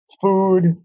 food